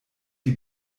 die